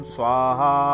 Swaha